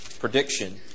prediction